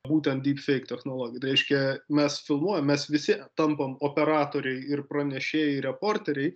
būtent dypfeik technologija reiškia mes filmuojam mes visi tampam operatoriai ir pranešėjai reporteriai